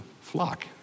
flock